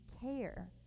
care